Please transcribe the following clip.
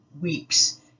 weeks